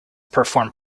perform